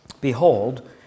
Behold